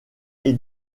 est